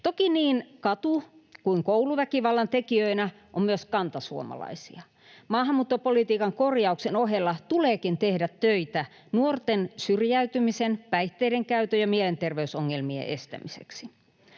Toki niin katu- kuin kouluväkivallan tekijöinä on myös kantasuomalaisia. Maahanmuuttopolitiikan korjauksen ohella tuleekin tehdä töitä nuorten syrjäytymisen, päihteidenkäytön ja mielenterveysongelmien estämiseksi.